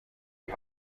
die